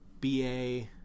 ba